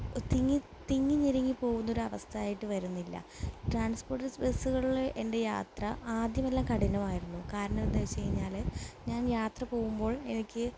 തിങ്ങി തിങ്ങി ഞെരുങ്ങി പോകുന്നൊരവസ്ഥയായിട്ട് വരുന്നില്ല ട്രാൻസ്പോർട്ടസ് ബസ്സുകളിൽ എൻ്റെ യാത്ര ആദ്യമെല്ലാം കഠിനമായിരുന്നു കാരണം എന്താ വച്ചു കഴിഞ്ഞാൽ ഞാൻ യാത്ര പോകുമ്പോൾ എനിക്ക്